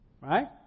right